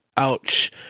ouch